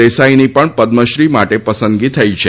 દેસાઇની પણ પદ્મશ્રી માટે પસંદગી થઇ છ